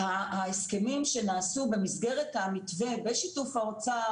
ההסכמים שנעשו במסגרת המתווה בשיתוף האוצר,